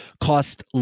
cost